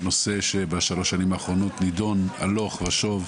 נושא שבשלוש שנים האחרונות נידון הלוך ושוב.